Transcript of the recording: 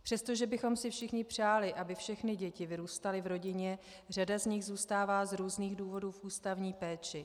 Přestože bychom si všichni přáli, aby všechny děti vyrůstaly v rodině, řada z nich zůstává z různých důvodů v ústavní péči.